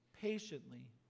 patiently